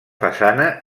façana